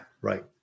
right